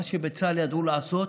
מה שבצה"ל ידעו לעשות,